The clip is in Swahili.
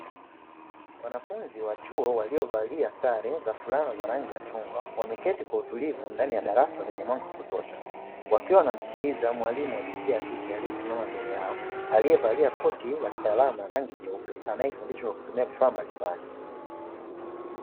Wanafunzi wa chuo waliovalia sare za fulana za rangi ya chungwa, wameketi kwa utulivu ndani ya darasa lenye mwanga wa kutosha. Wakiwa wanamskiliza mwalimu wa jinsia ya kike aliesimama mbele yao, alievalia koti la kitaalamu la rangi nyeupe, anaefundisha kwa kutumia vifaa mbalimbali.